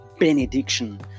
benediction